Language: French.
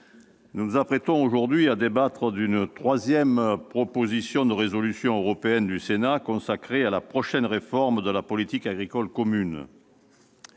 nous nous apprêtons aujourd'hui à débattre d'une troisième proposition de résolution européenne du Sénat consacrée à la prochaine réforme de la politique agricole commune,